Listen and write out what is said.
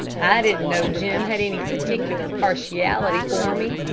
i didn't know jim had any particular partiality for me,